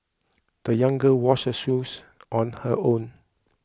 the young girl washed her shoes on her own